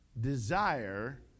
desire